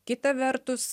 kita vertus